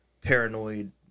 paranoid